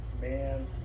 Man